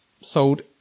Sold